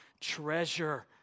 treasure